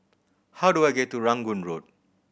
how do I get to Rangoon Road